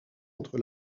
entre